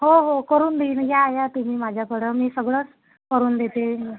हो हो करून देईन या या तुम्ही माझ्याकडं मी सगळंच करून देते